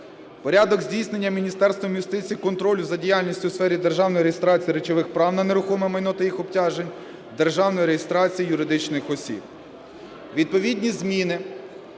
порядок здійснення Міністерством юстиції контролю за діяльністю у сфері державної реєстрації речових прав на нерухоме майно та їх обтяжень, державну реєстрацію юридичних осіб. Відповідні зміни